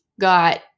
got